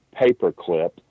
Paperclip